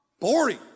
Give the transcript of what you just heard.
Boring